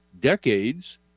decades